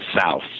south